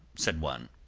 said one,